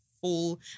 full